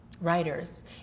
writers